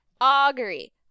Augury